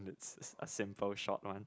it's a simple short one